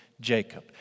Jacob